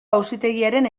auzitegiaren